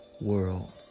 world